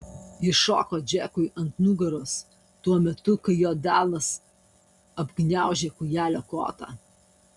ji šoko džekui ant nugaros tuo metu kai jo delnas apgniaužė kūjelio kotą